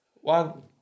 one